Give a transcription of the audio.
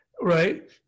right